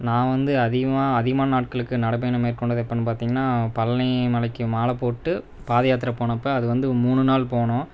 நான் வந்து அதிகமாக அதிகமான நாட்களுக்கு நடைபயணம் மேற்கொண்டது எப்போன்னு பார்த்திங்கன்னா பழனி மலைக்கு மாலை போட்டு பாதயாத்திரை போனப்போ அது வந்து மூணு நாள் போனோம்